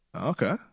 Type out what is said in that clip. Okay